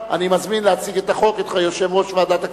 ואני מברך את יושב-ראש ועדת הכספים,